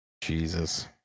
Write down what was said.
Jesus